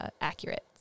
accurate